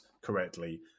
correctly